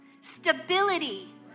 stability